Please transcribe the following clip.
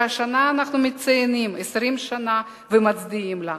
שהשנה אנחנו מציינים 20 שנה לה ומצדיעים לה.